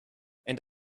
and